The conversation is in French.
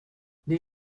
les